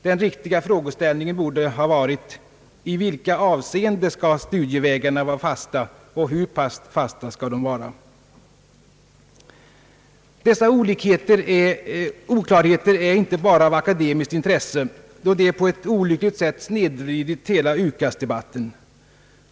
Den riktiga frågeställningen borde ha varit: i vilka avse Dessa oklarheter är inte bara av akademiskt intresse då de på ett olyckligt sätt snedvridit hela UKAS-debatten.